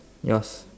yours